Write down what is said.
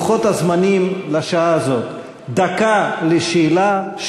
לוחות הזמנים לשעה הזאת: דקה לשאלה,